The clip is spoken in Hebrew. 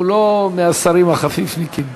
הוא לא מהשרים החפיפניקים.